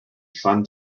fun